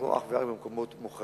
ישחו אך ורק במקומות מוכרזים.